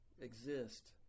exist